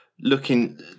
looking